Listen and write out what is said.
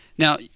Now